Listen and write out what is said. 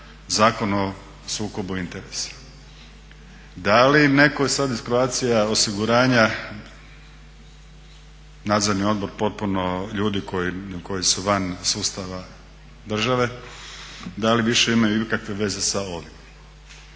Zakon o sukobu interesa. Da li, neko je sad iz Croatia osiguranja nadzori odbor potpuno ljudi koji su van sustava države da li više imaju ikakve veze sa ovim?